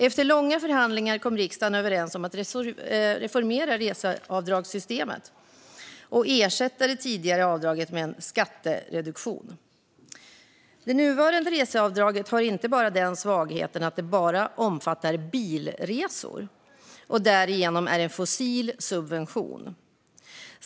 Efter långa förhandlingar kom riksdagen överens om att reformera reseavdragssystemet och ersätta det tidigare avdraget med en skattereduktion. Det nuvarande reseavdraget har inte bara den svagheten att det bara omfattar bilresor och därigenom är en fossil subvention.